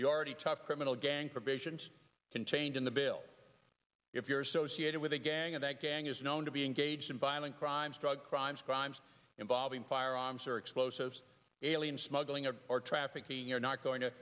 the already tough criminal gang provisions contained in the bill if you're associated with a gang of that gang is known to be engaged in violent crimes drug crimes crimes involving firearms or explosives alien smuggling or trafficking you're not going to